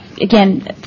again